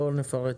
לא נפרט.